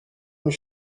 une